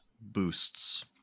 boosts